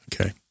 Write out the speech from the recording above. Okay